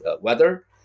weather